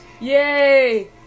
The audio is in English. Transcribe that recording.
Yay